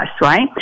right